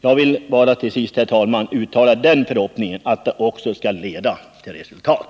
Jag vill till sist bara, herr talman, uttala den förhoppningen att denna prövning också skall leda till resultat.